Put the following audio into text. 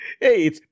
Hey